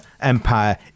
empire